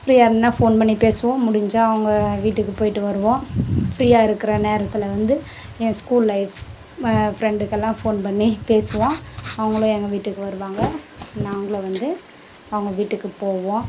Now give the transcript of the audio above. ஃப்ரீயாக இருந்தன்னா ஃபோன் பண்ணி பேசுவோம் முடிஞ்சால் அவங்க வீட்டுக்கு போயிவிட்டு வருவோம் ஃப்ரீயாக இருக்கிற நேரத்தில் வந்து என் ஸ்கூல் லைஃப் ஃப்ரெண்டுக்கெல்லாம் ஃபோன் பண்ணி பேசுவோம் அவங்களும் எங்கள் வீட்டுக்கு வருவாங்க நாங்களும் வந்து அவங்க வீட்டுக்கு போவோம்